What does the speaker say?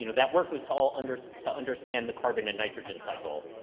you know that work was tall under to understand the carbon and nitrogen cycle.